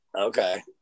okay